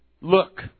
look